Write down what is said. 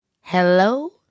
Hello